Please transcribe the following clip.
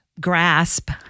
grasp